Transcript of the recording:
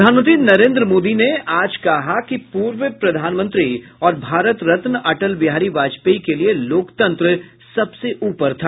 प्रधानमंत्री नरेन्द्र मोदी ने आज कहा कि पूर्व प्रधानमंत्री और भारत रत्न अटल बिहारी वाजपेयी के लिये लोकतंत्र सबसे ऊपर था